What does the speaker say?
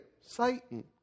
Satan